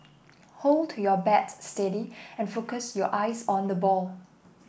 hold your bat steady and focus your eyes on the ball